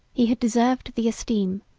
he had deserved the esteem,